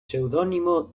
seudónimo